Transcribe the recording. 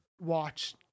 watch